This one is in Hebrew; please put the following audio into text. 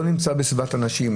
לא נמצא בסביבת אנשים,